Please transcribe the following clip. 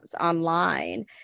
online